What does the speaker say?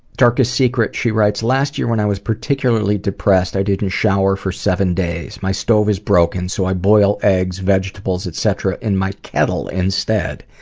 darkest secrets, she writes tracer last year when i was particularly depressed, i didn't shower for seven days. my stove is broken, so i boil eggs, vegetables, etc. in my kettle instead.